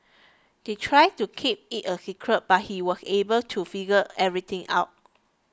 they tried to keep it a secret but he was able to figure everything out